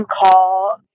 call